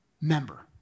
member